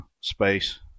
space